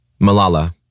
Malala